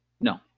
No